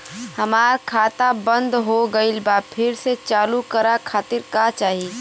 हमार खाता बंद हो गइल बा फिर से चालू करा खातिर का चाही?